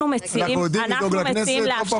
אנחנו יודעים לדאוג לכנסת לא פחות מכם.